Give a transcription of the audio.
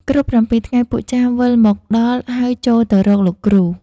គ្រប់ ៧ ថ្ងៃ ពួកចាមវិលមកដល់ហើយចូលទៅរកលោកគ្រូ។